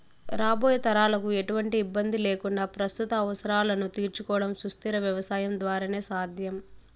రాబోయే తరాలకు ఎటువంటి ఇబ్బంది లేకుండా ప్రస్తుత అవసరాలను తీర్చుకోవడం సుస్థిర వ్యవసాయం ద్వారానే సాధ్యం